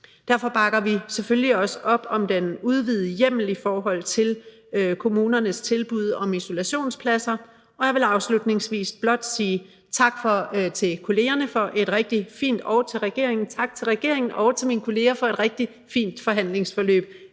Derfor bakker vi selvfølgelig også op om den udvidede hjemmel i forhold til kommunernes tilbud om isolationspladser. Og jeg vil afslutningsvis blot sige tak til mine kolleger og til regeringen for et rigtig fint forhandlingsforløb